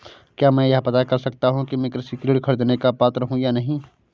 क्या मैं यह पता कर सकता हूँ कि मैं कृषि ऋण ख़रीदने का पात्र हूँ या नहीं?